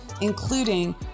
including